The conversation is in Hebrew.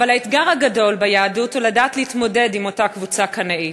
אבל האתגר הגדול ביהדות הוא לדעת להתמודד עם אותה קבוצה קנאית.